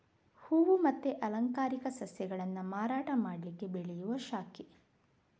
ಹೂವು ಮತ್ತೆ ಅಲಂಕಾರಿಕ ಸಸ್ಯಗಳನ್ನ ಮಾರಾಟ ಮಾಡ್ಲಿಕ್ಕೆ ಬೆಳೆಯುವ ಶಾಖೆ